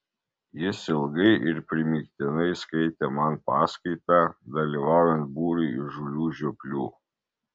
jis ilgai ir primygtinai skaitė man paskaitą dalyvaujant būriui įžūlių žioplių